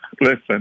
listen